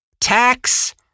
Tax